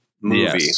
movie